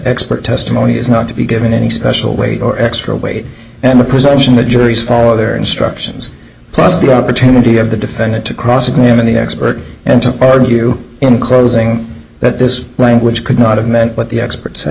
expert testimony is not to be given any special weight or extra weight and the presumption that juries follow their instructions plus the opportunity of the defendant to cross examine the expert and to argue in closing that this language could not have meant what the expert